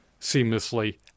seamlessly